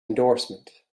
endorsement